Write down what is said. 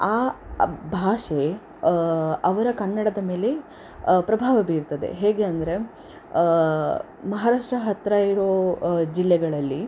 ಆ ಭಾಷೆ ಅವರ ಕನ್ನಡದ ಮೇಲೆ ಪ್ರಭಾವ ಬೀರ್ತದೆ ಹೇಗೆ ಅಂದರೆ ಮಹಾರಾಷ್ಟ್ರ ಹತ್ತಿರ ಇರೋ ಜಿಲ್ಲೆಗಳಲ್ಲಿ